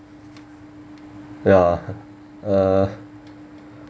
ya uh